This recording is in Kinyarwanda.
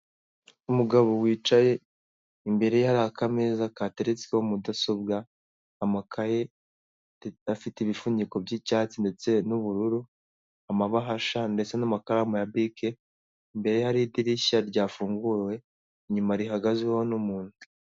Umugabo wicaye imbere yari akameza gateretse mudasobwa, amakaye afite ibifuniko by'icyatsi ndetse n'ubururu, amabahasha ndetse n'amakaramu ya bike imbere ye hari idirishya ryafunguwe inyuma, rihagazeho n'umuntu.